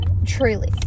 truly